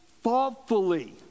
thoughtfully